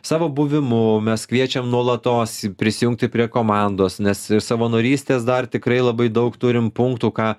savo buvimu mes kviečiam nuolatos prisijungti prie komandos nes ir savanorystės dar tikrai labai daug turim punktų ką